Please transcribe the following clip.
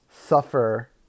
suffer